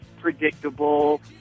predictable